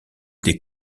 des